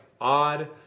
odd